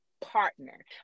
partner